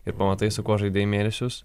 ir pamatai su kuo žaidei mėnesius